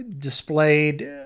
displayed